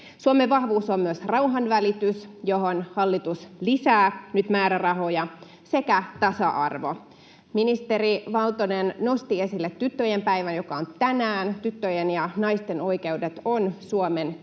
Suomen vahvuus on myös rauhanvälitys, johon hallitus lisää nyt määrärahoja, sekä tasa-arvo. Ministeri Valtonen nosti esille tyttöjen päivän, joka on tänään. Tyttöjen ja naisten oikeudet ovat Suomen yksi